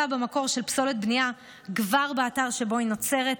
עיקרי הצעת החוק הם תפיסה במקור של פסולת בנייה כבר באתר שבו היא נוצרת.